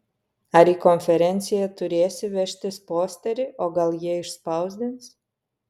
ar į konferenciją turėsi vežtis posterį o gal jie išspausdins